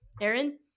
Aaron